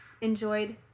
enjoyed